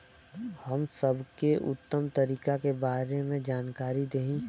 हम सबके उत्तम तरीका के बारे में जानकारी देही?